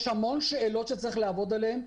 יש המון שאלות שצריך לעבוד עליהן.